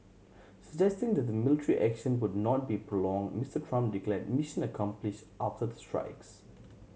suggesting that the military action would not be prolonged Mister Trump declared mission accomplished after the strikes